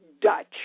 Dutch